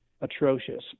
atrocious